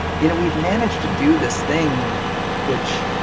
you know, we've managed to do this thing which